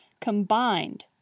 combined